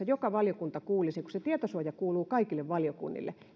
joka ikinen valiokunta kuulisi valtuutettua kun se tietosuoja kuuluu kaikille valiokunnille